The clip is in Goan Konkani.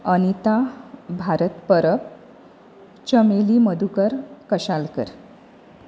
अनीता भारत परब चमेली मधुकर कशालकर